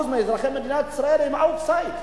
ו-20% מאזרחי ישראל הם outside?